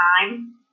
time